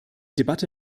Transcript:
debatte